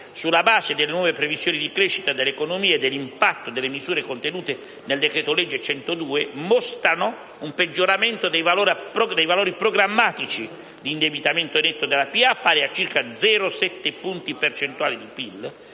sulla base delle nuove previsioni di crescita dell'economia e dell'impatto delle misure contenute nel decreto-legge n. 102 mostrano un peggioramento dei valori programmatici di indebitamento netto della pubblica